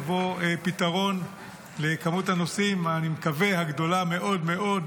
יבוא פתרון לכמות הנוסעים הגדולה מאוד-מאוד